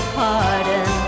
pardon